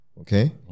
okay